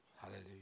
Hallelujah